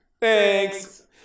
thanks